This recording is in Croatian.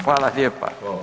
Hvala lijepa.